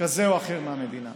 כזה או אחר מהמדינה.